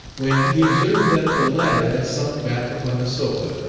when he observed that the latter had sunk back upon the sofa,